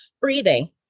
breathing